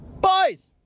Boys